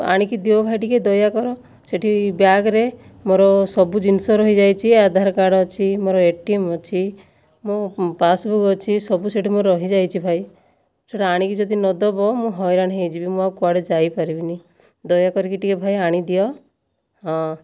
ଆଣିକି ଦିଅ ଭାଇ ଟିକିଏ ଦୟାକର ସେଠି ବ୍ୟାଗ୍ରେ ମୋର ସବୁ ଜିନିଷ ରହିଯାଇଛି ଆଧାର କାର୍ଡ଼ ଅଛି ମୋର ଏଟିଏମ୍ ଅଛି ମୋ' ପାସବୁକ୍ ଅଛି ସବୁ ସେଠି ମୋର ରହିଯାଇଛି ଭାଇ ସେଇଟା ଆଣିକି ଯଦି ନଦେବ ମୁଁ ହଇରାଣ ହୋଇଯିବି ମୁଁ ଆଉ କୁଆଡ଼େ ଯାଇପାରିବିନାହିଁ ଦୟାକରିକି ଟିକିଏ ଭାଇ ଆଣିଦିଅ ହଁ